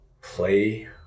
play